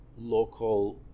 local